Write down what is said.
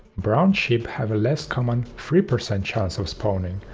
brown sheep have a less common three percent chance of spawning.